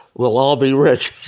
we'll all be rich.